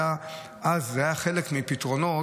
אז זה היה חלק מפתרונות.